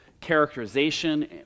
characterization